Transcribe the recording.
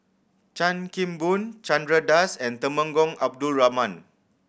Chan Kim Boon Chandra Das and Temenggong Abdul Rahman